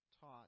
taught